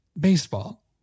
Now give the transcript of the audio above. Baseball